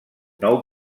nou